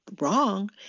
wrong